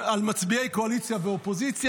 על מצביעי קואליציה ואופוזיציה.